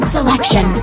Selection